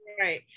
Right